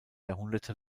jahrhunderte